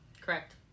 Correct